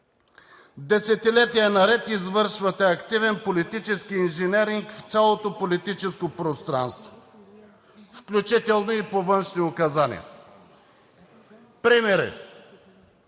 Десетилетия наред извършвате активен политически инженеринг в цялото политическо пространство, включително и по външни указания. Примери: